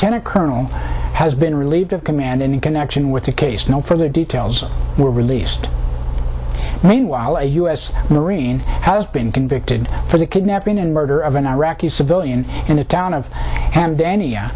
lieutenant colonel has been relieved of command in connection with the case no further details were released meanwhile a u s marine has been convicted for the kidnapping and murder of an iraqi civilian in the town of and any